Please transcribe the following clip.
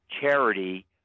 charity